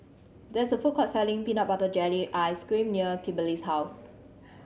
there is a food court selling peanut butter jelly ice cream behind Kimberly's house